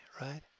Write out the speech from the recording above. right